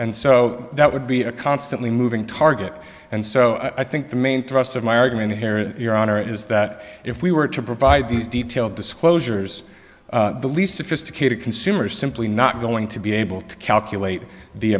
and so that would be a constantly moving target and so i think the main thrust of my argument here your honor is that if we were to provide these detailed disclosures the least sophisticated consumers simply not going to be able to calculate the